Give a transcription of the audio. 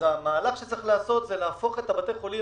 אז המהלך שצריך לעשות זה להפוך את בתי החולים